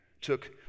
took